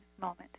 moment